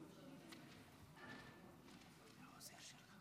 אדוני היושב-ראש, כבוד השר היקר,